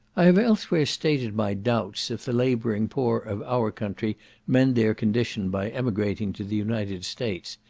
i have elsewhere stated my doubts if the labouring poor of our country mend their condition by emigrating to the united states,